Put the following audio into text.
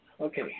okay